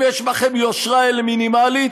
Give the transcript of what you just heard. אם יש בכם יושרה מינימלית,